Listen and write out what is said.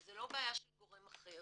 וזה לא בעיה של גורם אחר,